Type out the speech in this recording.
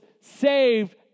saved